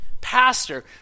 Pastor